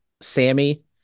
Sammy